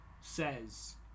says